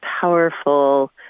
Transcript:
powerful